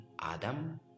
Adam